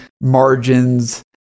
margins